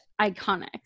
iconic